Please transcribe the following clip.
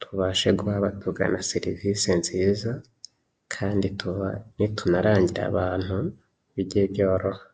tubashe guha abatugana serivisi nziza, kandi nitunarangira abantu bijye byoroha.